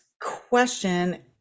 question